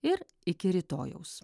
ir iki rytojaus